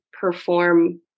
perform